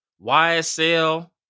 YSL